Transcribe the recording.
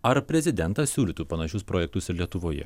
ar prezidentas siūlytų panašius projektus ir lietuvoje